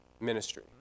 ministry